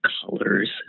colors